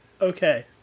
Okay